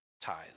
tithes